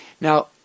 Now